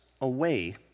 away